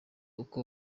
uko